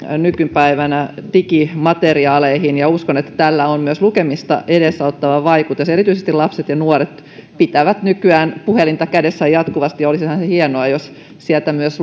nykypäivänä digimateriaaleihin ja uskon että tällä on myös lukemista edesauttava vaikutus erityisesti lapset ja nuoret pitävät nykyään puhelinta kädessään jatkuvasti ja olisihan se hienoa jos sieltä myös